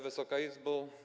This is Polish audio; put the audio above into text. Wysoka Izbo!